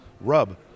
rub